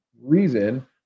reason